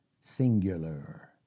singular